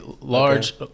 large